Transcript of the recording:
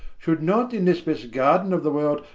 should not in this best garden of the world,